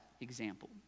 example